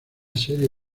serie